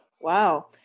Wow